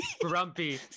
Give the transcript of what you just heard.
grumpy